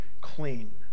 clean